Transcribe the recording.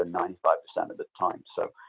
ah ninety five percent of the time. so